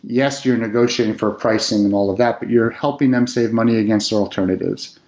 yes, you're negotiating for pricing and all of that, but you're helping them save money against alternatives.